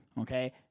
okay